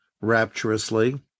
rapturously